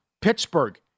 Pittsburgh